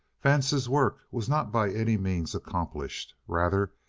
vance's work was not by any means accomplished. rather,